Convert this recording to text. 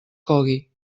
cogui